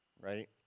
Right